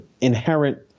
inherent